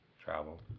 Travel